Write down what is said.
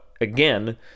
again